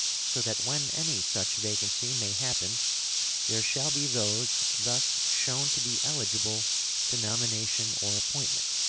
so that when any such vacancy may happen there shall be those thus shown to be eligible to nomination or appointment,